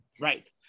right